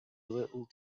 little